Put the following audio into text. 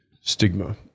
stigma